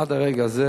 עד הרגע הזה